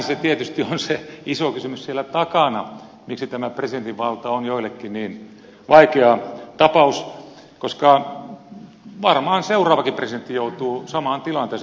tämähän tietysti on se iso kysymys siellä takana miksi tämä presidentin valta on joillekin niin vaikea tapaus koska varmaan seuraavakin presidentti joutuu samaan tilanteeseen